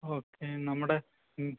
okay നമ്മുടെ മ്മ്